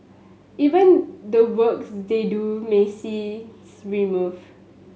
even the works they do may see removed